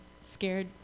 scared